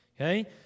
Okay